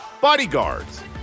Bodyguards